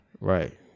Right